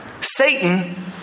Satan